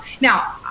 now